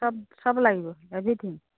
চব চব লাগিব এভৰিথিং